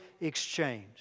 exchange